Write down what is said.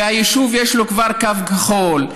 וליישוב כבר יש קו כחול,